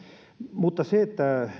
mutta se